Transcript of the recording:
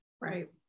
right